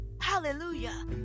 hallelujah